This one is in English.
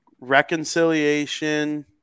Reconciliation